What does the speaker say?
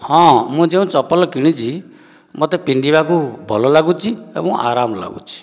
ହଁ ମୁଁ ଯେଉଁ ଚପଲ କିଣିଛି ମୋତେ ପିନ୍ଧିବାକୁ ଭଲ ଲାଗୁଛି ଏବଂ ଆରାମ ଲାଗୁଛି